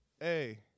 hey